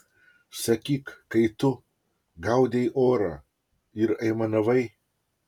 sakyk kai tu gaudei orą ir aimanavai